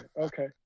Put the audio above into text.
okay